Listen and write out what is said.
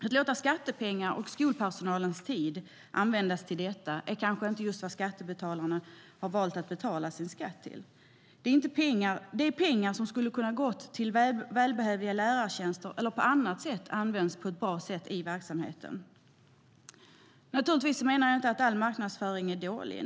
Att låta skattepengar och skolpersonalens arbetstid användas till detta är kanske inte vad skattebetalarna valt att betala sin skatt till. Det är pengar som skulle ha kunnat gå till välbehövliga lärartjänster eller på annat sätt använts på ett bra sätt i verksamheten. Naturligtvis menar jag inte att all marknadsföring är dålig.